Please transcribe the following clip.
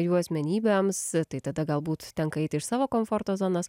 jų asmenybėms tai tada galbūt tenka eiti iš savo komforto zonos